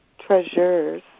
treasures